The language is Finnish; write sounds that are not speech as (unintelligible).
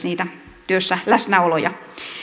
(unintelligible) niitä työssä läsnäoloja